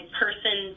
person